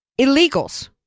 illegals